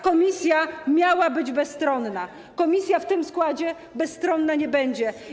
Komisja miała być bezstronna, a komisja w tym składzie bezstronna nie będzie.